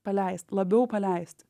paleist labiau paleist